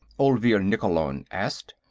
olvir nikkolon asked.